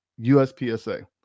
USPSA